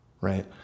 right